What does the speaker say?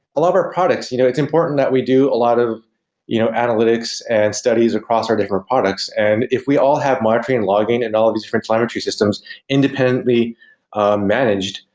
a lot of our products, you know it's important that we do a lot of you know analytics and studies across our different products. and if we all have monitoring and logging and all these different telemetry systems independently managed,